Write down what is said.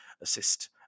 assist